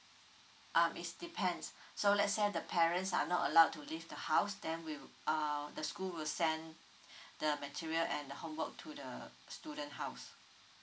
um it's depends so let's say the parents are not allowed to leave the house then we wi~ uh the school will send the material and the homework to the student house